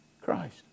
Christ